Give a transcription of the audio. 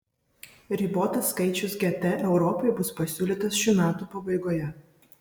ribotas skaičius gt europai bus pasiūlytas šių metų pabaigoje